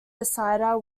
decider